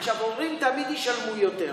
עכשיו, הורים תמיד ישלמו יותר.